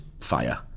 fire